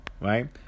right